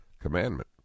commandment